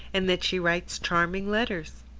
and that she writes charming letters?